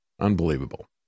Unbelievable